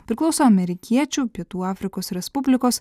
priklauso amerikiečių pietų afrikos respublikos